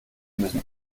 müssen